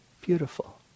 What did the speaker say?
Beautiful